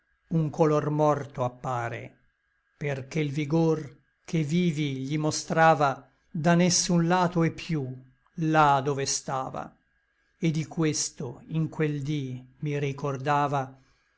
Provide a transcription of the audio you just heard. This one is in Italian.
un color morto appare perché l vigor che vivi gli mostrava da nessun lato è piú là dove stava et di questo in quel dí mi ricordava